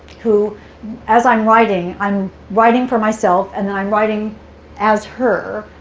who as i'm writing, i'm writing for myself, and then i'm writing as her.